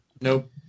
Nope